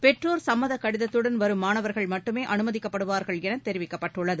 பெற்றோர் சும்மத கடிதத்துடன் வரும் மாணவர்கள் மட்டுமே அனுமதிக்கப்படுவார்கள் என தெரிவிக்கப்பட்டுள்ளது